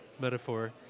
metaphor